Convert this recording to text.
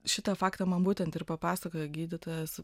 šitą faktą man būtent ir papasakojo gydytojas